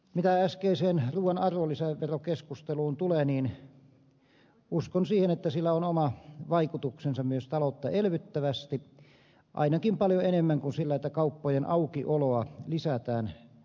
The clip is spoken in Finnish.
mitä äskeiseen ruuan arvonlisäverokeskusteluun tulee niin uskon siihen että sillä on oma vaikutuksensa myös taloutta elvyttävästi ainakin paljon enemmän kuin sillä että kauppojen aukioloa lisätään